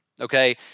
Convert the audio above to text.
Okay